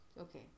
Okay